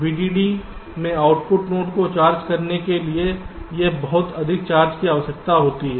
VDD में output node को charge करने के लिए यह बहुत अधिक चार्ज की आवश्यकता होती है